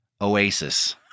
Oasis